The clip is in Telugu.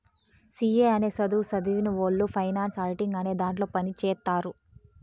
సి ఏ అనే సధువు సదివినవొళ్ళు ఫైనాన్స్ ఆడిటింగ్ అనే దాంట్లో పని చేత్తారు